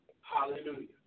Hallelujah